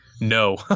no